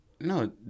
No